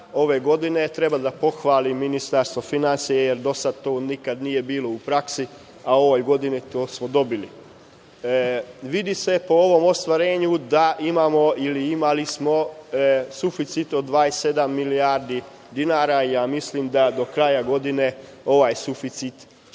Treba da pohvalim Ministarstvo finansija, jer do sada to nikada nije bilo u praksi, a ove godine to smo dobili. Vidi se po ovom ostvarenju da imamo ili imali smo suficit od 27 milijardi dinara, mislim da do kraja godine ovaj suficit će